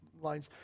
lines